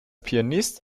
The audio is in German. pianist